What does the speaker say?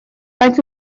faint